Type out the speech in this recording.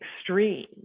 extreme